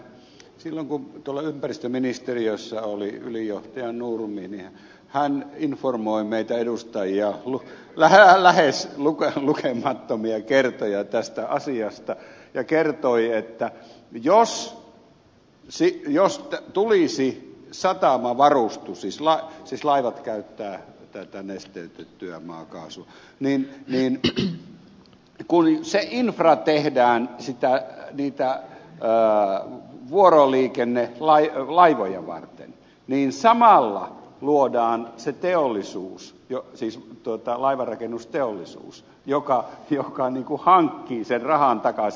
nimittäin silloin kun ympäristöministeriössä oli ylijohtaja nurmi hän informoi meitä edustajia lähes lukemattomia kertoja tästä asiasta ja kertoi että jos tulisi satamavarustus siis laivat käyttävät tätä nesteytettyä maakaasua niin kun se infra tehdään niitä vuoroliikennelaivoja varten samalla luodaan se teollisuus siis laivanrakennusteollisuus joka hankkii sen rahan takaisin